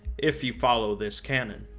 if you follow this canon.